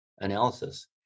analysis